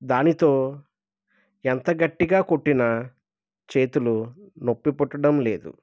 దానితో ఎంత గట్టిగా కొట్టినా చేతులు నొప్పి పుట్టడం లేదు